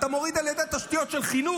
אתה מוריד על ידי תשתיות של חינוך,